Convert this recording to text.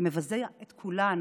היא מבזה את כולנו,